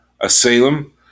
Asylum